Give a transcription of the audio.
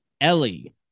Ellie